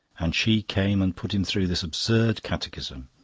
and she came and put him through this absurd catechism!